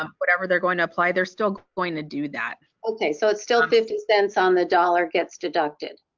um whatever they're going to apply they're still going to do that. okay so it's still fifty cents on the dollar gets deducted?